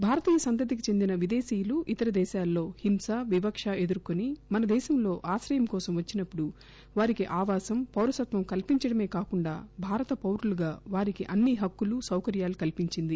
భారతీయ సంతతికి చెందిన విదేశీయులు ఇతర దేశాల్లో హింస వివక్ష ఎదుర్కొని మన దేశంలో ఆశ్రయం కోసం వచ్చినప్పుడు వారికి ఆవాసం పౌరసత్వం కల్పించడమే కాకుండా భారత పౌరులుగా వారికీ అన్ని హక్కులు సౌకర్యాలు కల్పించింది